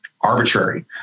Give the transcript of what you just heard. arbitrary